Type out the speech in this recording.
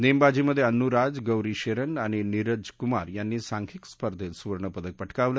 नेमबाजीमध्ये अन्नू राज गौरी शेरन आणि नीरज कुमार यांनी सांधिक स्पर्धेत सुवर्णपदक पटकावलं